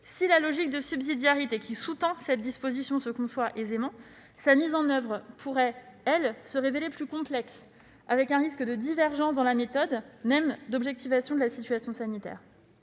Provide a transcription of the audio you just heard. Si la logique de subsidiarité sous-tendant cette disposition se conçoit aisément, sa mise en oeuvre pourrait, elle, se révéler plus complexe, avec un risque de divergence dans les méthodes d'objectivation de la situation sanitaire.